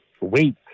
wait